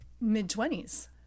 mid-twenties